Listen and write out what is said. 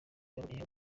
yaboneyeho